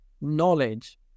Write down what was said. Knowledge